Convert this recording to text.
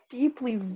deeply